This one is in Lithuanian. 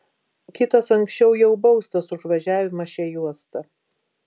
kitas anksčiau jau baustas už važiavimą šia juosta